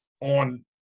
on